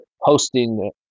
hosting